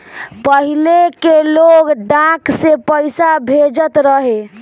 पहिले के लोग डाक से पईसा भेजत रहे